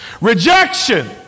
Rejection